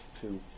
two